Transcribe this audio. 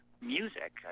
music